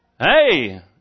hey